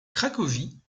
cracovie